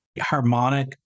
harmonic